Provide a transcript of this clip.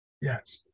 yes